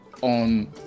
on